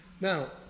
Now